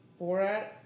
Borat